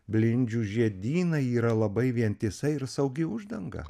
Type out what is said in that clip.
blindžių žiedynai yra labai vientisa ir saugi uždanga